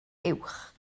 uwch